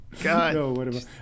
God